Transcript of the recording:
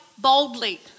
boldly